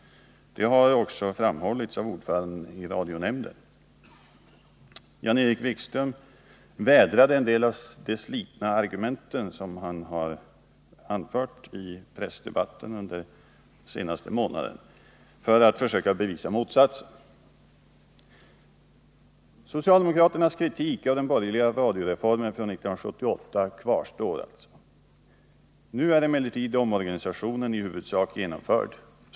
Detta har också framhållits av ordföranden i radionämnden. Jan-Erik Wikström vädrade en del av sina slitna argument från pressdebatten under den senaste månaden för att försöka bevisa motsatsen. Socialdemokraternas kritik av den borgerliga radioreformen från 1978 kvarstår alltså. Nu är emellertid omorganisationen i huvudsak genomförd.